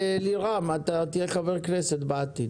לירם, אתה תהיה חבר כנסת בעתיד,